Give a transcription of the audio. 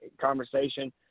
conversation